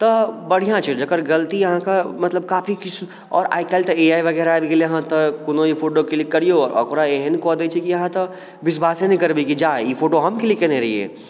तऽ बढ़िआँ छै जेकर गलती अहाँकऽ मतलब काफी किछु सु आओर आइ कल्हि तऽ ए आइ वगैरह आबि गेलै हँ तऽ कोनो एहि फोटो क्लिक करियौ ओकरा एहन कऽ दय छै कि अहाँ तऽ विश्वासे नहि करबै कि जा ई फोटो हम क्लिक कयने रहियै